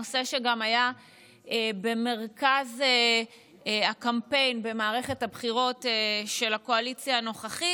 נושא שהיה גם במרכז הקמפיין במערכת הבחירות של הקואליציה הנוכחית.